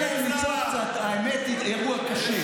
תן להם לצעוק קצת, האמת היא אירוע קשה.